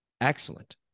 Excellent